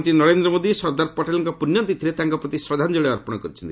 ପ୍ରଧାନମନ୍ତ୍ରୀ ନରେନ୍ଦ୍ର ମୋଦି ସର୍ଦ୍ଦାର ପଟେଲଙ୍କ ପୁଣ୍ୟ ତିଥିରେ ତାଙ୍କ ପ୍ରତି ଶ୍ରଦ୍ଧାଞ୍ଜଳୀ ଅର୍ପଣ କରିଛନ୍ତି